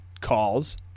calls